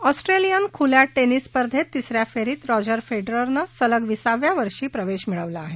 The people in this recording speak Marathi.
ऑस्ट्रेलिया खुल्या टेनिस स्पर्धेत तिस या फेरीत रॉजर फेडररनं सलग विसाव्या वर्षी प्रवेश मिळवला आहे